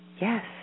Yes